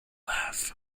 laugh